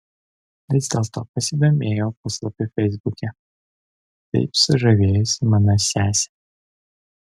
vis dėlto pasidomėjau puslapiu feisbuke taip sužavėjusiu mano sesę